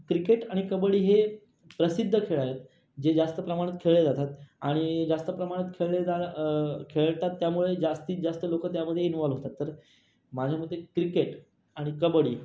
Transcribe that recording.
cricket आणि कबड्डी हे प्रसिद्ध खेळ आहेत जे जास्त प्रमाणात खेळले जातात आणि जास्त प्रमाणात खेळले जाणं खेळतात त्यामुळे जास्तीत जास्त लोकं त्यामध्ये इन्व्हॉल्व होतात तर माझ्या मते क्रिकेट आणि कबड्डी